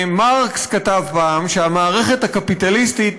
מרקס כתב פעם שהמערכת הקפיטליסטית